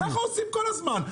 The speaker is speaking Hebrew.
ככה עושים כל הזמן.